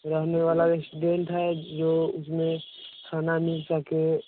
रहने वाला स्टूडेंट है जो जिसमें खाना मिल सके